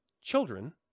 children